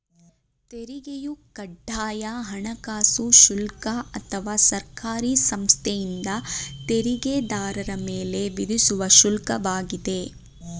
ತೆರಿಗೆಯು ಕಡ್ಡಾಯ ಹಣಕಾಸು ಶುಲ್ಕ ಅಥವಾ ಸರ್ಕಾರಿ ಸಂಸ್ಥೆಯಿಂದ ತೆರಿಗೆದಾರರ ಮೇಲೆ ವಿಧಿಸುವ ಶುಲ್ಕ ವಾಗಿದೆ